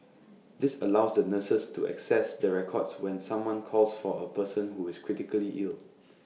this allows the nurses to access the records when someone calls for A person who is critically ill